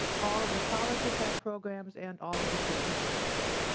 all of the colleges have programs and all of the state universities.